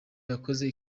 yakoze